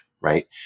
right